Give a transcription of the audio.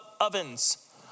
ovens